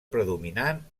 predominant